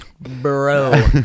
Bro